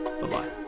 Bye-bye